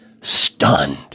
stunned